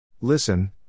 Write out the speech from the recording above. Listen